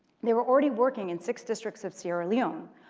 they were already working in six districts of sierra leone,